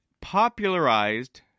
popularized